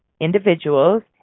individuals